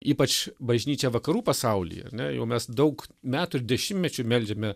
ypač bažnyčia vakarų pasaulyje ar ne jau mes daug metų ir dešimtmečių meldžiame